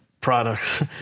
products